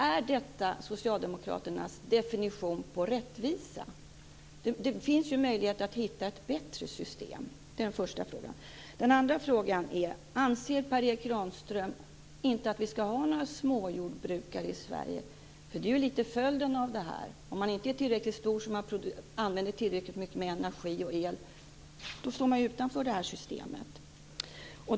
Är detta Socialdemokraternas definition på rättvisa? Det finns ju möjligheter att hitta ett bättre system. Det är den första frågan. Den andra frågan är: Anser Per Erik Granström inte att vi ska ha några småjordbrukare i Sverige? Det blir ju följden av detta. Om man inte är tillräckligt stor och använder tillräckligt mycket energi och el står man ju utanför det här systemet.